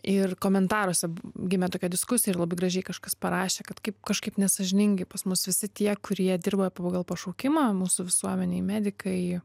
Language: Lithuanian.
ir komentaruose gimė tokia diskusija ir labai gražiai kažkas parašė kad kaip kažkaip nesąžiningai pas mus visi tie kurie dirba pagal pašaukimą mūsų visuomenėj medikai